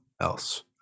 else